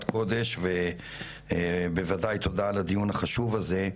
קודש ובוודאי תודה על הדיון החשוב הזה.